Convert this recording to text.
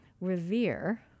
revere